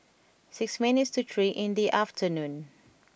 six minutes to three in the afternoon